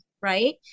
right